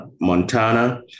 Montana